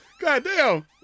Goddamn